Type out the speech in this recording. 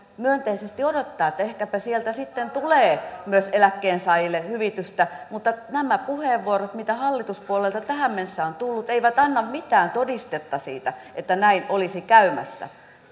myönteisesti odottaa että ehkäpä sieltä sitten tulee myös eläkkeensaajille hyvitystä mutta nämä puheenvuorot mitä hallituspuolueilta tähän mennessä on tullut eivät anna mitään todistetta siitä että näin olisi käymässä